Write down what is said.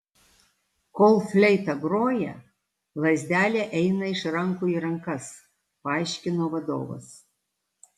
kol fleita groja lazdelė eina iš rankų į rankas paaiškino vadovas